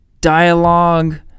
dialogue